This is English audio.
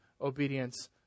obedience